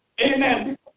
Amen